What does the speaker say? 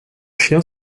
chien